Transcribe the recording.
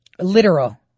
literal